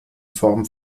form